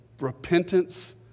Repentance